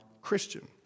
Christian